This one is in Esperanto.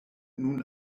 nun